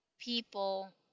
people